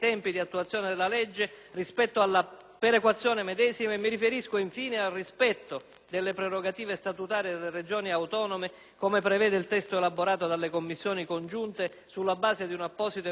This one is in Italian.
perequazione medesima e mi riferisco al rispetto delle prerogative statutarie delle Regioni autonome, come prevede il testo elaborato dalle Commissioni congiunte sulla base di un apposito emendamento accolto dal Governo.